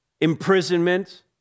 imprisonment